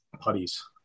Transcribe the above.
Putties